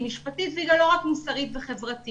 היא משפטית והיא לא רק מוסרית וחברתית.